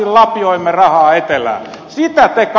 sitä te kannatatte